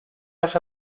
las